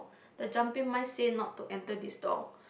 the jumping mice say not to enter this door